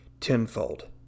tenfold